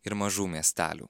ir mažų miestelių